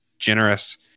generous